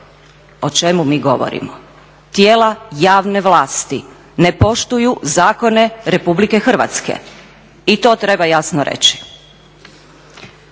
O čemu mi govorimo? Tijela javne vlasti ne poštuju zakone RH i to treba jasno reći.